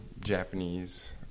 Japanese